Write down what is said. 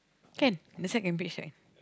can the side can beach right